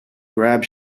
grab